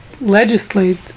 legislate